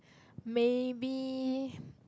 maybe